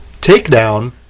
takedown